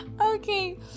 Okay